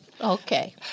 Okay